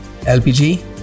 LPG